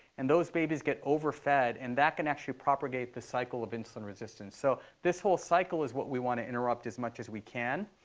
and those babies get overfed, and that can actually propagate the cycle of insulin resistance. so this whole cycle is what we want to interrupt as much as we can.